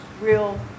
real